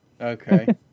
Okay